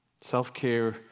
Self-care